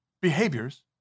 behaviors